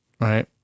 right